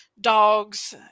dogs